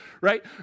right